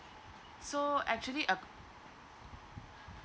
so actually